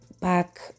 back